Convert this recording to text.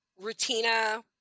rutina